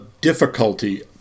difficulty